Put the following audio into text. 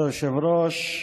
כבוד היושב-ראש,